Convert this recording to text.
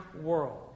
world